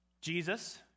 Jesus